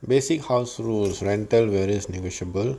basic house rules rental various negotiable